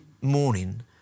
morning